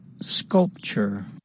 Sculpture